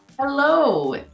Hello